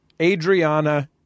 Adriana